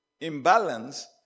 imbalance